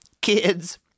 Kids